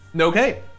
Okay